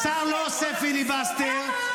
כל הכבוד ליו"ר הקואליציה.